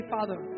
Father